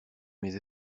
mes